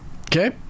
Okay